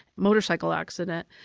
motorcycle accident,